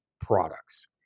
products